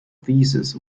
thesis